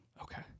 Okay